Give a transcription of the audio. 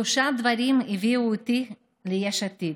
שלושה דברים הביאו אותי ליש עתיד,